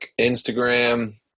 Instagram